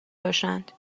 باشند